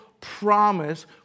promise